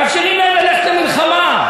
מאפשרים להם ללכת למלחמה,